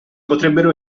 potrebbero